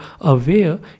aware